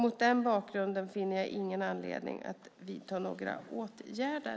Mot denna bakgrund finner jag ingen anledning att vidta några åtgärder.